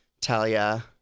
Talia